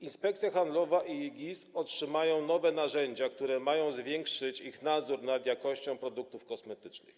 Inspekcja Handlowa i GIS otrzymają nowe narzędzia, które mają zwiększyć ich nadzór nad jakością produktów kosmetycznych.